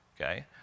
okay